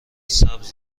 سبز